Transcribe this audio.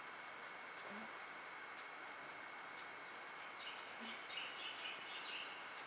mm mm